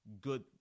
good